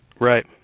Right